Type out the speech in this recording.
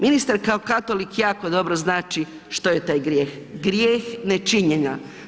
Ministar kao katolik jako dobro zna što je taj grijeh, grijeh nečinjenja.